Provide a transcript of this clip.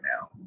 now